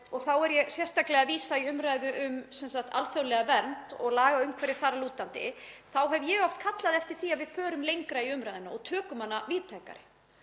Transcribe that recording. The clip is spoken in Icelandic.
þá er ég sérstaklega að vísa í umræðu um alþjóðlega vernd og lagaumhverfi þar að lútandi, hef ég oft kallað eftir því að við förum lengra í umræðunni og tökum hana á víðtækari